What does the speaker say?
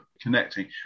connecting